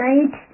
Night